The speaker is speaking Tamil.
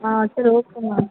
ஆ சரி ஓகே மேம்